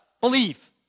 believe